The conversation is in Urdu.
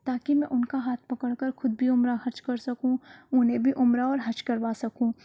تاکہ میں اُن کا ہاتھ پکڑ کر خود بھی عمرہ حج کر سکوں اُنہیں بھی عمرہ اور حج کروا سکوں